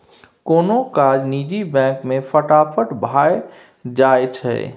कोनो काज निजी बैंक मे फटाफट भए जाइ छै